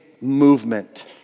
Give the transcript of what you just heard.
movement